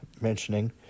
mentioning